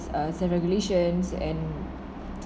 uh and